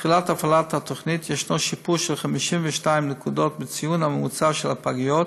מתחילת הפעלת התוכנית יש שיפור של 52 נקודות בציון הממוצע של הפגיות,